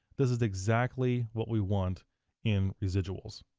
this is exactly what we want in residuals.